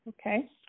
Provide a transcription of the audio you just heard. okay